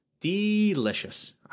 delicious